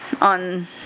on